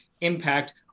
impact